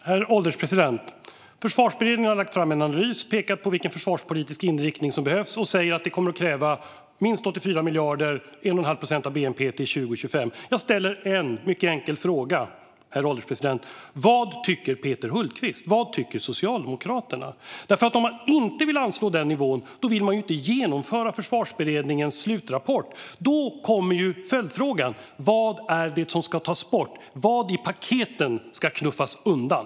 Herr ålderspresident! Försvarsberedningen har lagt fram en analys, pekat på vilken försvarspolitisk inriktning som behövs och sagt att det kommer att kräva minst 84 miljarder, det vill säga 1,5 procent av bnp, till 2025. Jag ställer en enda mycket enkel fråga, herr ålderspresident. Vad tycker Peter Hultqvist och Socialdemokraterna? Om man inte vill anslå denna nivå vill man heller inte genomföra Försvarsberedningens slutrapport. Då uppstår en följdfråga: Vad är det som ska tas bort? Vad i paketet ska knuffas undan?